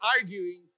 arguing